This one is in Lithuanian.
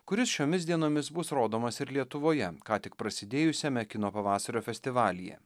kuris šiomis dienomis bus rodomas ir lietuvoje ką tik prasidėjusiame kino pavasario festivalyje